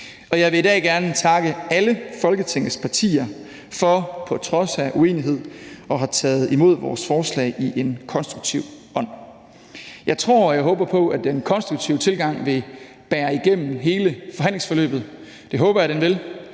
Og jeg vil i dag gerne takke alle Folketingets partier for på trods af uenighed at have taget imod vores forslag i en konstruktiv ånd. Jeg tror, og jeg håber på, at den konstruktive tilgang vil bære igennem hele forhandlingsforløbet. Det håber jeg den vil.